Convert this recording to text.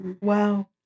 Wow